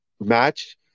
Match